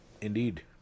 indeed